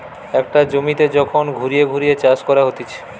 একটা জমিতে যখন ঘুরিয়ে ঘুরিয়ে চাষ করা হতিছে